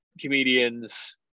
comedians